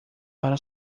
para